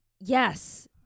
Yes